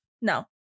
No